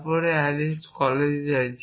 তারপর অ্যালিস কলেজে যায়